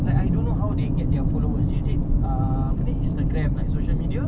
like I don't know how they get their followers is it err apa ni Instagram like social media